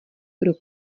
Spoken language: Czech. pro